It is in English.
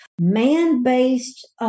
man-based